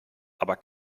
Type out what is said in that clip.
aber